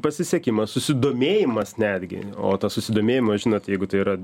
pasisekimas susidomėjimas netgi o tas susidomėjimas žinot jeigu tai yra